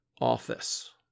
office